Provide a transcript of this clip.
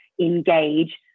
engage